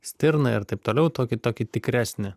stirną ir taip toliau tokį tokį tikresnį